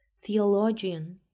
theologian